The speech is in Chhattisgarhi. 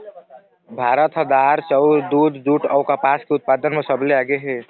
भारत ह दार, चाउर, दूद, जूट अऊ कपास के उत्पादन म सबले आगे हे